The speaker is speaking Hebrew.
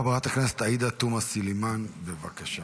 חברת הכנסת עאידה תומא סלימאן, בבקשה.